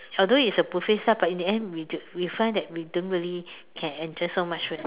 although it's a buffet style but in the end we j~ we find that we don't really can enjoy so much food